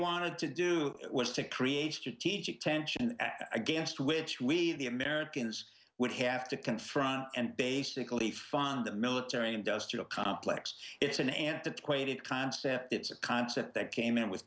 wanted to do was to create strategic tension against which we the americans would have to confront and basically fund the military industrial complex it's an antiquated concept it's a concept that came in with